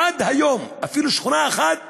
עד היום, אפילו שכונה אחת